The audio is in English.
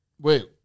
Wait